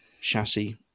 chassis